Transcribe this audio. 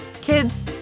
Kids